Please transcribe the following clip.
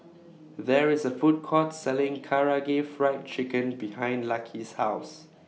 There IS A Food Court Selling Karaage Fried Chicken behind Lucky's House